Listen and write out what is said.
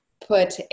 put